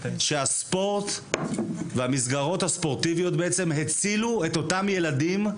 שהספורט ומסגרות הספורט הצילו את אותם ילדים,